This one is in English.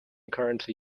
currently